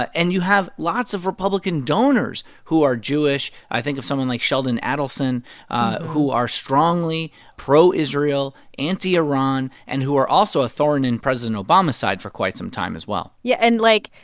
and you have lots of republican donors who are jewish i think of someone like sheldon adelson who are strongly pro-israel, anti-iran and who were also a thorn in president obama's side for quite some time, as well yeah. and, like,